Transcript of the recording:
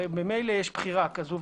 הרי ממילא יש בחירה כזו,